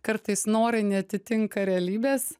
kartais norai neatitinka realybės